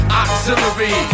auxiliary